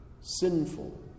sinful